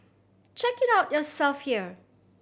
check it out yourself here